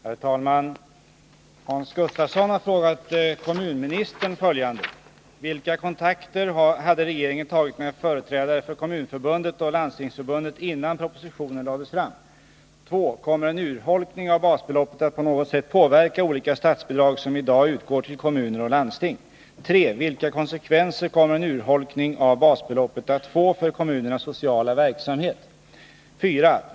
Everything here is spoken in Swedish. Herr talman! Hans Gustafsson har frågat kommunministern följande. 1. Vilka kontakter hade regeringen tagit med företrädare för Kommunförbundet och Landstingsförbundet innan propositionen lades fram? 2. Kommer en urholkning av basbeloppet att på något sätt påverka olika statsbidrag som i dag utgår till kommuner och landsting? 3. Vilka konsekvenser kommer en urholkning av basbeloppet att få för kommunernas sociala verksamhet? 4.